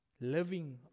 living